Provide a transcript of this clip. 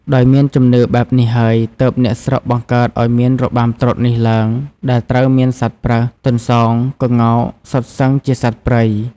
ដោយមានជំនឿបែបនេះហើយ ទើបអ្នកស្រុកបង្កើតអោយមានរបាំត្រុដិនេះឡើងដែលត្រូវមានសត្វប្រើស ទន្សោង ក្ងោក សុទ្ធសឹងជាសត្វព្រៃ។